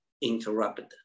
interrupted